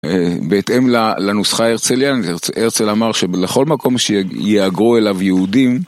בהתאם לנוסחה הרצל..., הרצל אמר שלכל מקום שיהגרו אליו יהודים